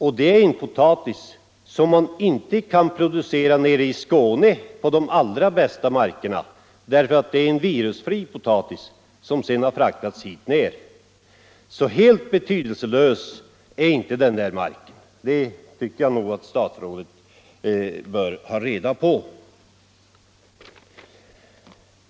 Och det är potatis av en kvalitet som man inte kan producera i Skåne ens på de allra bästa markerna. Det är en virusfri potatis, som sedan har fraktats hit ned. Betydelselös är sålunda inte denna mark. Det Tycker jag statsrådet bör ha reda på.